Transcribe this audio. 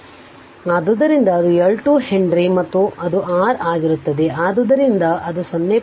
ಆದ್ದರಿಂದ ಅದು L 2 henry ಮತ್ತು ಅದು R ಆಗಿರುತ್ತದೆ ಆದ್ದರಿಂದ ಅದು 0